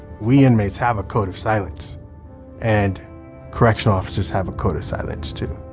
we inmates have a code of silence and correctional officers have a code of silence too.